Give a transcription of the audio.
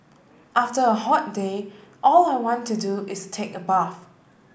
after a hot day all I want to do is take a bath